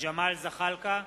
ג'מאל זחאלקה,